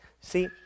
See